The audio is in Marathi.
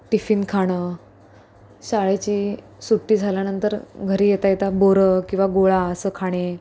टिफिन खाणं शाळेची सुट्टी झाल्यानंतर घरी येता येता बोरं किंवा गोळा असं खाणे